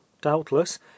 doubtless